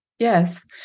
Yes